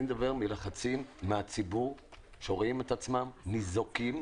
אני מדבר על לחצים של הציבור שרואים את עצמם ניזוקים.